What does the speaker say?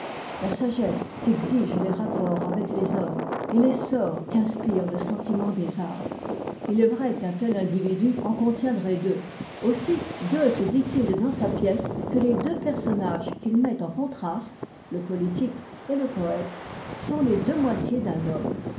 la sagesse qu'exigent les rapports avec les hommes et l'essor qu'inspire le sentiment des arts it est vrai qu'un tel individu en contiendrait deux aussi goethe dit-il dans sa pièce que les deux personnages qu'il met en contraste le politique et le poëte mm les deux moitiés d'un homme